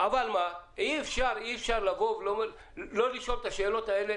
אבל אי אפשר שלא לשאול את השאלות האלה